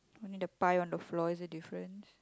only the pie on the floor is the difference